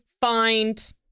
find